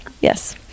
yes